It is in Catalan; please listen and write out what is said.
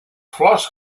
flors